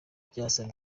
byasaba